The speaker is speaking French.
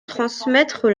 transmettre